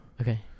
Okay